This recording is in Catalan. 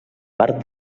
part